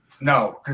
No